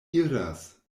iras